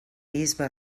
bisbe